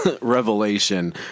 revelation